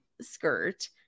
skirt